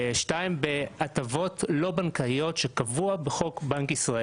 השני, בהטבות לא בנקאיות כפי שקבוע בחוק הבנקאות,